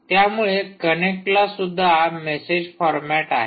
त्यामुळे कनेक्टला सुद्धा मेसेज फॉरमॅट आहे